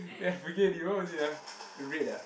eh I forget already what was it ah in red ah